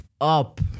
up